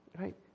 Right